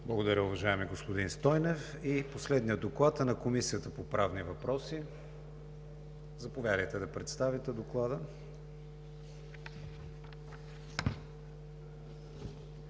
Благодаря, уважаеми господин Стойнев. Последният доклад е на Комисията по правни въпроси. Заповядайте, за да представите Доклада.